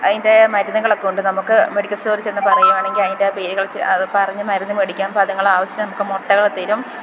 അതിൻ്റെ മരുന്നുകളൊക്കെ ഉണ്ട് നമുക്ക് മെഡിക്കൽ സ്റ്റോർ ചെന്നു പറയുകയാണെങ്കിൽ അതിൻ്റെ അതു പറഞ്ഞു മരുന്നു മേടിക്കാം അപ്പോൾ അതുങ്ങൾ ആവശ്യത്തിനു നമുക്ക് മുട്ടകൾ തരും